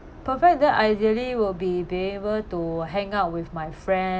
perfect day ideally would be be able to hang out with my friend